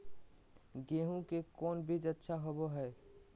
गेंहू के कौन बीज अच्छा होबो हाय?